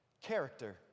character